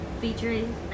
featuring